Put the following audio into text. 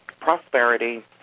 prosperity